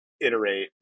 iterate